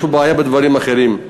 יש פה בעיה בדברים אחרים.